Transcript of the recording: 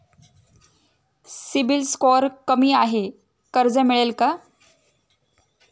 CIBIL score कमी आहे कर्ज मिळेल का?